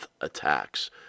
attacks